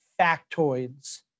factoids